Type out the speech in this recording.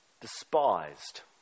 Despised